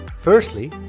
Firstly